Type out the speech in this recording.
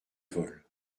vol